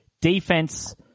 defense